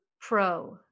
pro